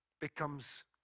becomes